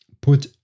put